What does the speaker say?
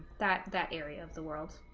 that that area of the world